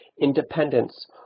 independence